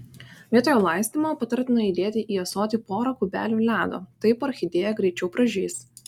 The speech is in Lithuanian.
vietoje laistymo patartina įdėti į ąsotį pora kubelių ledo taip orchidėja greičiau pražys